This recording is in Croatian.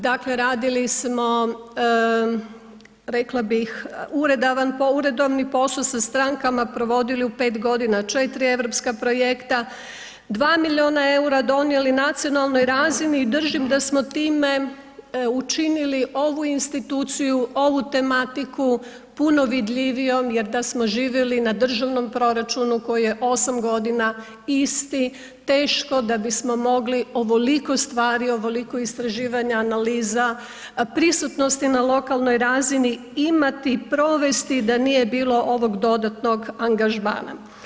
Dakle radili smo rekla bih uredovni posao sa strankama, provodili u 5 godina 4 europska projekta, 2 milijuna eura donijeli nacionalnoj razini i držim da smo time učinili ovu instituciju, ovu tematiku puno vidljivijom jer da smo živjeli na državnom proračunu koji je 8 godina isti teško da bismo mogli ovoliko stvari, ovoliko istraživanja, analiza, prisutnosti na lokalnoj razini imati, provesti da nije bilo ovog dodatno angažmana.